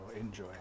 enjoy